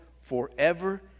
forever